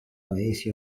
paesi